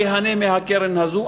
ייהנה מהקרן הזאת,